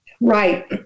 Right